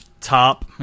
top